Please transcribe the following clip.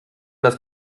das